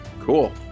cool